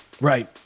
Right